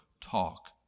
talk